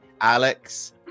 alex